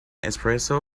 espresso